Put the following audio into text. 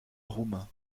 roumain